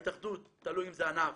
ההתאחדות, תלוי אם זה ענף